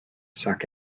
suck